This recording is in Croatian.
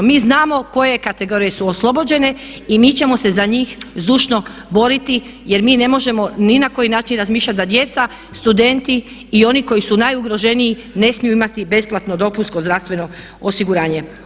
Mi znamo koje kategorije su oslobođene i mi ćemo se za njih zdušno boriti jer mi ne možemo ni na koji način razmišljati da djeca, studenti i oni koji su najugroženiji ne smiju imati besplatno dopunsko zdravstveno osiguranje.